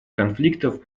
конфликтов